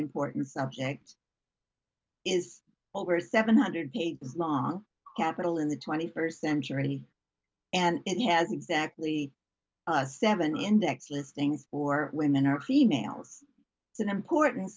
important subject is over seven hundred pages long capital in the twenty first century and it has exactly seven index listings for women or females it's an important